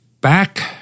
Back